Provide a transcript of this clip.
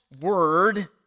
Word